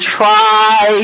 try